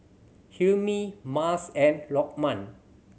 Hilmi Mas and Lokman